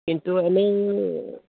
কিন্তু আমি